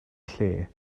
lle